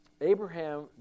Abraham